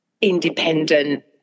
independent